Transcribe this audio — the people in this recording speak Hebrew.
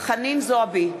חנין זועבי,